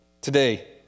Today